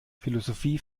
philosophie